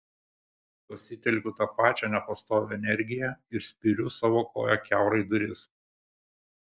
pasitelkiu tą pačią nepastovią energiją ir spiriu savo koja kiaurai duris